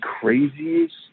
craziest